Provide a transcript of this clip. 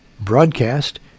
broadcast